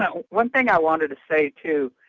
um one thing i wanted to say, too,